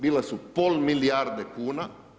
Bila su pola milijarde kuna.